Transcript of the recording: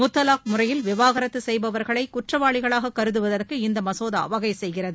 முத்தலாக் முறையில் விவகாரத்து செய்பவர்களை குற்றவாளிகளாக கருதுவதற்கு இந்த மசோதா வகை செய்கிறது